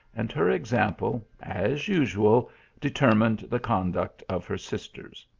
and her example as usual determined the conduct of her sisters.